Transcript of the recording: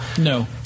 No